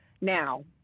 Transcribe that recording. Now